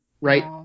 right